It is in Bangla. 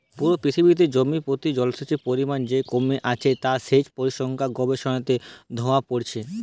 পুরো পৃথিবীতে জমি প্রতি জলসেচের পরিমাণ যে কমে আসছে তা সেচ পরিসংখ্যান গবেষণাতে ধোরা পড়ছে